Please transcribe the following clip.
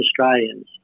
Australians